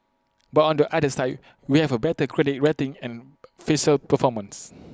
but on the other side we have A better credit rating and fiscal performance